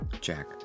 Jack